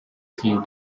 fin